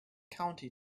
county